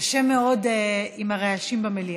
קשה מאוד עם הרעשים במליאה.